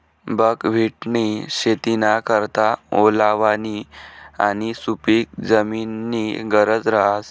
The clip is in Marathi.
बकव्हिटनी शेतीना करता ओलावानी आणि सुपिक जमीननी गरज रहास